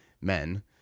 men